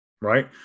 right